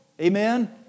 Amen